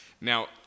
now